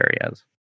areas